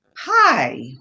hi